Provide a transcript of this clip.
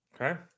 Okay